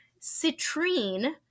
citrine